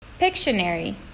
Pictionary